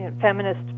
feminist